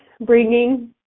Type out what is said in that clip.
bringing